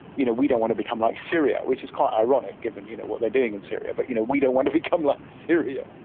you know, we don't want to become like syria, which is quite ironic given you know what they are doing in syria, but you know we don't want to become like syria.